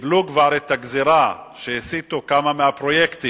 קיבלו כבר את הגזירה שהסיטו כמה מהפרויקטים